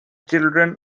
children